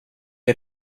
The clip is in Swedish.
det